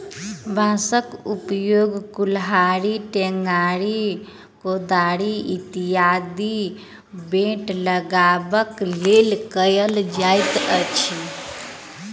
बाँसक उपयोग कुड़हड़ि, टेंगारी, कोदारि इत्यादिक बेंट लगयबाक लेल कयल जाइत अछि